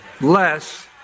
less